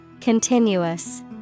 Continuous